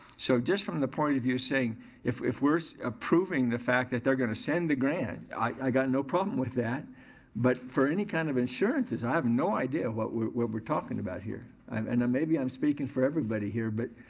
so just from the point of view saying if if we're approving the fact that they're gonna send the grant, i got no problem with that but for any kind of assurances i have no idea what we're we're talking about here and maybe i'm speaking for everybody here but,